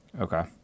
Okay